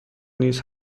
نیز